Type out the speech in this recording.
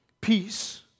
Peace